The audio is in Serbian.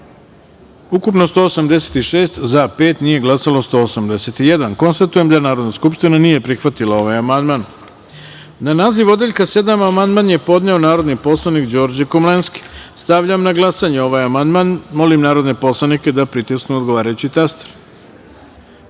ukupno – 186, za – pet, nije glasao – 181.Konstatujem da Narodna skupština nije prihvatila ovaj amandman. Na član 77. amandman je podneo narodni poslanik Đorđe Komlenski. Stavljam na glasanje ovaj amandman. Molim narodne poslanike da pritisnu odgovarajući